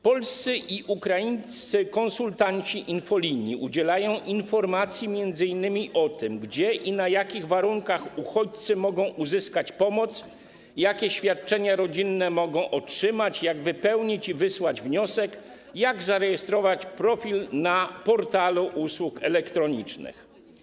Polscy i ukraińscy konsultanci infolinii udzielają informacji m.in. o tym, gdzie i na jakich warunkach uchodźcy mogą uzyskać pomoc i jakie świadczenia rodzinne mogą otrzymać, jak wypełnić i wysłać wniosek, jak zarejestrować profil na portalu usług elektronicznych.